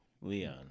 Leon